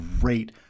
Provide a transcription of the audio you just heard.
great